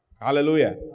Hallelujah